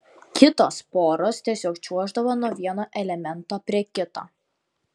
kitos poros tiesiog čiuoždavo nuo vieno elemento prie kito